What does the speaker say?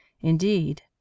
indeed